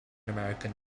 american